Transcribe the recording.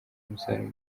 umusaruro